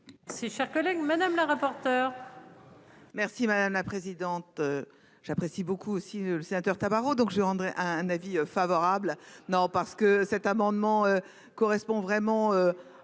Si cher collègue Madame la rapporteure.